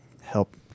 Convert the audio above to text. help